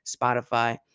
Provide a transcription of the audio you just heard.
Spotify